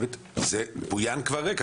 ב-21:30, בויאן כבר ריק.